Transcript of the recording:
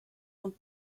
und